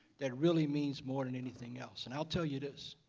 that really means more than anything else. and i'll tell you this,